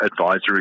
advisory